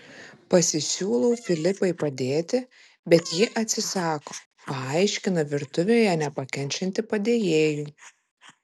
pasisiūlau filipai padėti bet ji atsisako paaiškina virtuvėje nepakenčianti padėjėjų